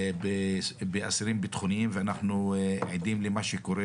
באסירים ביטחוניים, ואנחנו עדים למה שקורה